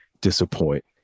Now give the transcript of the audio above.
disappoint